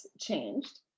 changed